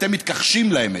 אתם מתכחשים לאמת.